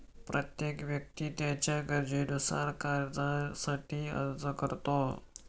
प्रत्येक व्यक्ती त्याच्या गरजेनुसार कर्जासाठी अर्ज करतो